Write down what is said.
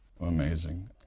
Amazing